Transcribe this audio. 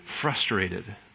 frustrated